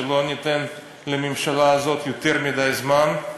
שלא ניתן לממשלה הזאת יותר מדי זמן,